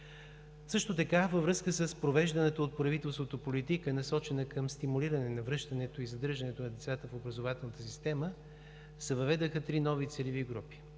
Също така във връзка с провежданата от правителството политика, насочена към стимулиране на връщането и задържането на децата в образователната система, се въведоха три нови целеви групи.